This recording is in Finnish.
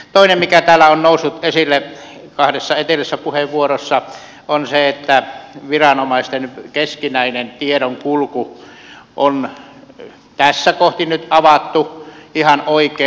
toinen mikä täällä on noussut esille kahdessa edellisessä puheenvuorossa on se että viranomaisten keskinäinen tiedonkulku on tässä kohti nyt avattu ihan oikein